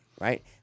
right